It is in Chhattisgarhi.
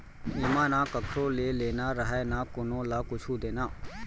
एमा न कखरो ले लेना रहय न कोनो ल कुछु देना